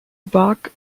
bark